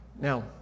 Now